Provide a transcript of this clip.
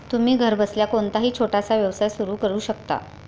तुम्ही घरबसल्या कोणताही छोटासा व्यवसाय सुरू करू शकता